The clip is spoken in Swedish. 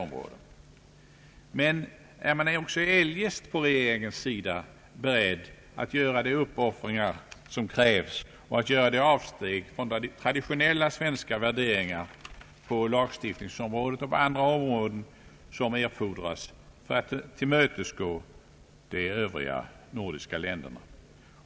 Men är man också eljest på re geringens sida beredd att göra de uppoffringar som krävs och att göra de avsteg från traditionella svenska värderingar på lagstiftningsområdet och andra områden som erfordras för att tillmötesgå de övriga nordiska länderna?